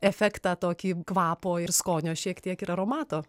efektą tokį kvapo ir skonio šiek tiek ir aromato